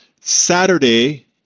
Saturday